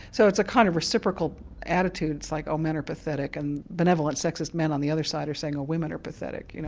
so it's a kind of reciprocal attitude like oh, men are pathetic' and benevolent sexist men on the other side saying oh women are pathetic. you know